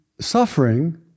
suffering